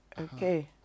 okay